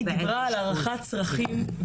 היא דיברה על הערכת צרכים,